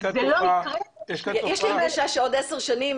זה לא יקרה --- יש לי הרגשה שעוד עשר שנים